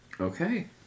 Okay